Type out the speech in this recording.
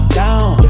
down